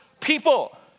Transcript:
people